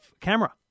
camera